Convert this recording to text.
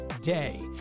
day